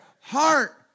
heart